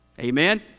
Amen